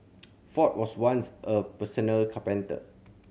ford was once a carpenter